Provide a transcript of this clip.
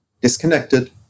disconnected